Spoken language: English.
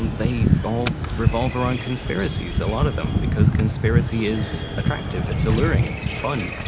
and they all revolve around conspiracies, a lot of them, because conspiracy is attractive, it's alluring, it's fun,